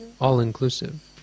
all-inclusive